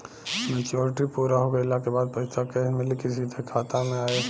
Maturity पूरा हो गइला के बाद पईसा कैश मिली की सीधे खाता में आई?